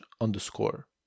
underscore